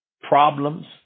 problems